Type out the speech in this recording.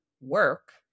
work